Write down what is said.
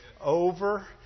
over